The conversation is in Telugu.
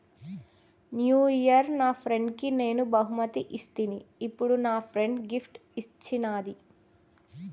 న్యూ ఇయిర్ నా ఫ్రెండ్కి నేను బహుమతి ఇస్తిని, ఇప్పుడు నా ఫ్రెండ్ గిఫ్ట్ ఇచ్చిన్నాది